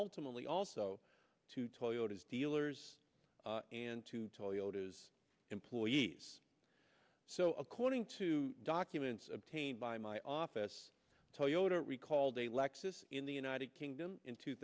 ultimately also to toyota's dealers and to toyota's employees so according to documents obtained by my office toyota recalled a lexus in the united kingdom in two